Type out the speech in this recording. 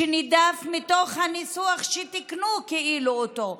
שנידף מתוך הניסוח שכאילו תיקנו אותו.